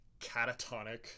catatonic